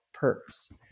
perps